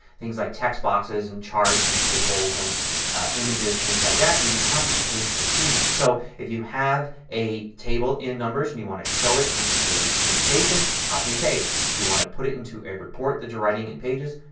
things like text boxes and charts and tables and images and things like that, you can copy and paste between them. so if you have a table in numbers and you want to show it in a presentation, copy and paste. if you want to put it into a report that you're writing in pages,